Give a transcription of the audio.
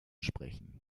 sprechen